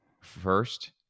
first